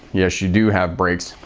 yes you do have brakes.